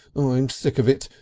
i'm sick of it.